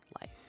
life